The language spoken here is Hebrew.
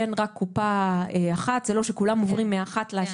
ר., שנמצאת איתנו בזום.